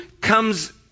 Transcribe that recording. comes